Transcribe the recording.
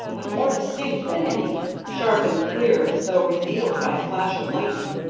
but more distinct than any, sharp and clear as though revealed by a flash of lightning,